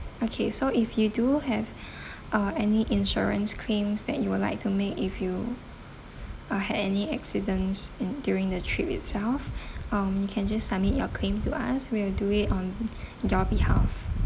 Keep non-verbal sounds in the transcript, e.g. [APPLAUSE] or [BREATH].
okay so if you do have [BREATH] uh any insurance claims that you would like to make if you uh had any accidents in during the trip itself [BREATH] um you can just submit your claim to us we will do it on your behalf